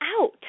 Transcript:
out